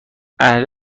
اهل